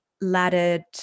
laddered